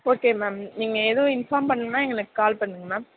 okay ma'am நீங்கள் எதுவும் inform பண்ணணுன்னால் எங்களுக்கு கால் பண்ணுங்க மேம்